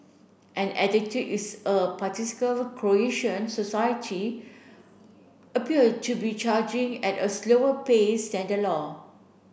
and attitude is a Croatian society appear to be charging at a slower pace than the law